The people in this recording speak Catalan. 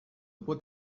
pot